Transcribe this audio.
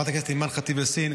חברת הכנסת אימאן ח'טיב יאסין,